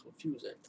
confusing